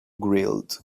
grilled